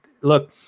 look